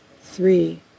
Three